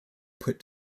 put